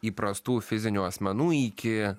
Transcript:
įprastų fizinių asmenų iki